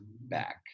back